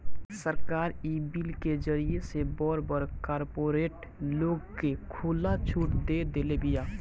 सरकार इ बिल के जरिए से बड़ बड़ कार्पोरेट लोग के खुला छुट देदेले बिया